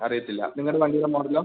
അറിയില്ല നിങ്ങളുടെ വണ്ടിയുടെ മോഡലോ